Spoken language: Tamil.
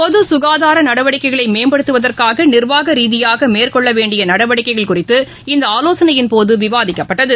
பொதுசுகாதாரநடவடிக்கைகளைமேம்படுத்துவது நிர்வாகரீதியாகமேற்கொள்ளவேண்டியநடவடிக்கைகள் குறித்து இந்தஆலோசனையின்போதுவிவாதிக்கப்பட்டது